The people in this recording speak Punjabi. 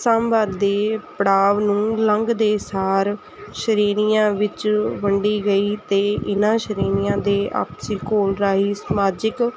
ਸਾਮਵਾਦੀ ਪੜਾਵ ਨੂੰ ਲੰਘਦੇ ਸਾਰ ਸ੍ਰੇਣੀਆਂ ਵਿੱਚ ਵੰਡੀ ਗਈ ਅਤੇ ਇਹਨਾਂ ਸ਼੍ਰੇਣੀਆਂ ਦੇ ਆਪਸੀ ਘੋਲ ਰਾਹੀ ਸਮਾਜਿਕ